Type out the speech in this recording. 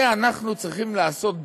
את זה אנחנו צריכים לעשות בחוק,